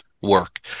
work